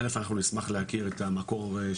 א' אנחנו נשמח להכיר את המקור,